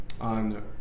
on